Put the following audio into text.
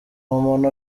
umuntu